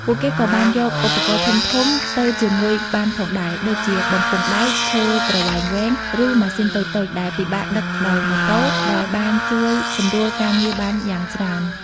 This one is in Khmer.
ពួកគេក៏អាចយកឧបករណ៍ធំៗទៅជាមួយបានផងដែរ ដូចជាបំពង់ដែក ឈើប្រវែងវែង ឬម៉ាស៊ីនតូចៗដែលពិបាកដឹកដោយម៉ូតូ ដែលបានជួយសម្រួលការងារបានយ៉ាងច្រើន។